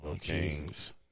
Kings